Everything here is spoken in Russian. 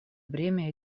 бремя